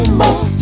more